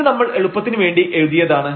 ഇത് നമ്മൾ എളുപ്പത്തിന് വേണ്ടി എഴുതിയതാണ്